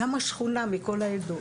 גם השכונה מכל האזור,